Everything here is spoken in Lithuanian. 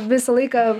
visą laiką